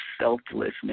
selflessness